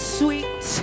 sweet